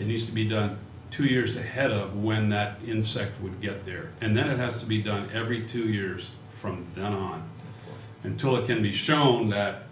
it needs to be done two years ahead of when that insect would get there and then it has to be done every two years from then on until it can be shown that